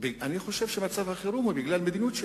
אני חושב שמצב החירום הוא בגלל מדיניות של